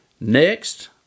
Next